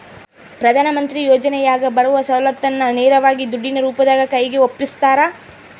ಪ್ರಧಾನ ಮಂತ್ರಿ ಯೋಜನೆಯಾಗ ಬರುವ ಸೌಲತ್ತನ್ನ ನೇರವಾಗಿ ದುಡ್ಡಿನ ರೂಪದಾಗ ಕೈಗೆ ಒಪ್ಪಿಸ್ತಾರ?